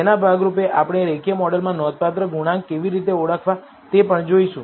તેના ભાગ રૂપે આપણે રેખીય મોડેલમાં નોંધપાત્ર ગુણાંક કેવી રીતે ઓળખવા તે પણ જોવા જઈશું